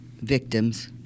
victims